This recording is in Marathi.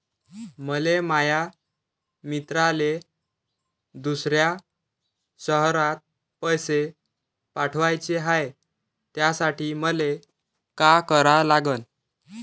मले माया मित्राले दुसऱ्या शयरात पैसे पाठवाचे हाय, त्यासाठी मले का करा लागन?